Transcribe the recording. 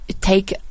take